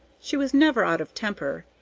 she was never out of temper,